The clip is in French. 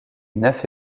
neuf